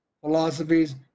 philosophies